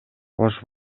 кош